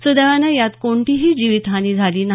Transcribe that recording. सुदैवानं यात कोणतीही जीवीत हानी झाली नाही